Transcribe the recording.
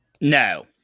No